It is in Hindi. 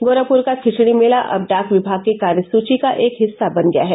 गोरखपुर का खिचड़ी मेला अब डाक विमाग की कार्यसूची का एक हिस्सा बन गया है